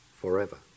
forever